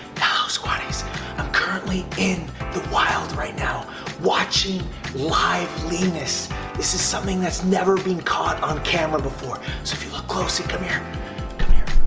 now squaddies i'm currently in the wild right now watching live leanness this is something that's never been caught on camera before so if you look closely come here come here,